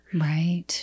Right